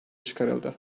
çıkarıldı